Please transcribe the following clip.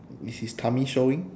is his tummy showing